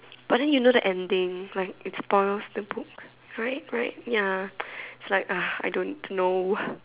but then you know the ending like it spoils the book right right ya it's like ugh I don't know